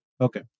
Okay